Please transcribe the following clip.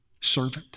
servant